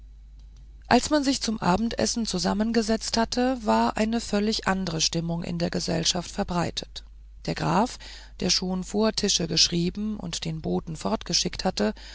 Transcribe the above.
als man sich zum abendessen zusammengesetzt hatte war eine völlig andre stimmung in der gesellschaft verbreitet der graf der schon vor tische geschrieben und den boten fortgeschickt hatte